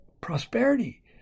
prosperity